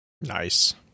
Nice